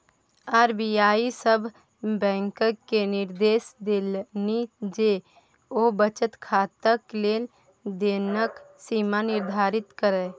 RBI सभ बैंककेँ निदेर्श देलनि जे ओ बचत खाताक लेन देनक सीमा निर्धारित करय